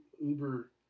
Uber